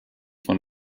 von